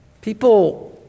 People